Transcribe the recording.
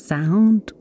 Sound